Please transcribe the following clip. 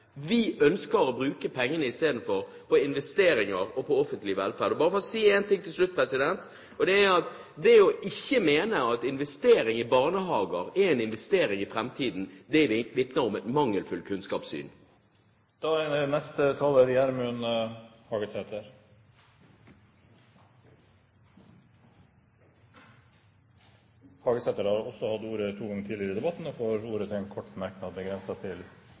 Vi ønsker i stedet å bruke pengene på investeringer og offentlig velferd. For å si en ting til slutt: Det å mene at investering i barnehager ikke er en investering i framtiden, vitner om et mangelfullt kunnskapssyn. Gjermund Hagesæter har hatt ordet to ganger tidligere og får ordet til en kort merknad, begrenset til